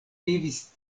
vivis